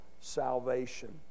salvation